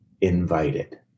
invited